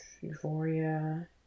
Euphoria